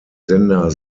sender